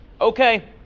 Okay